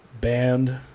Band